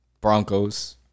Broncos